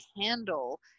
handle